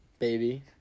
Baby